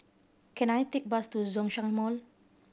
can I take bus to Zhongshan Mall